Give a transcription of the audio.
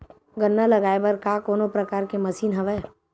गन्ना लगाये बर का कोनो प्रकार के मशीन हवय?